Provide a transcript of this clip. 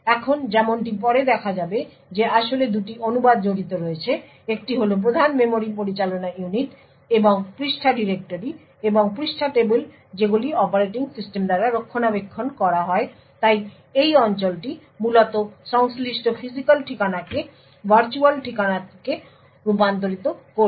এখন যেমনটি পরে দেখা যাবে যে আসলে দুটি অনুবাদ জড়িত রয়েছে একটি হল প্রমান মেমরি পরিচালনা ইউনিট এবং পৃষ্ঠা ডিরেক্টরি এবং পৃষ্ঠা টেবিল যেগুলি অপারেটিং সিস্টেম দ্বারা রক্ষণাবেক্ষণ করা হয় তাই এই অঞ্চলটি মূলত সংশ্লিষ্ট ফিজিক্যাল ঠিকানাকে ভার্চুয়াল ঠিকানাটিকে রূপান্তরিত করবে